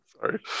Sorry